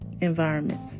environment